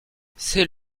c’est